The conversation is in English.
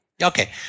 Okay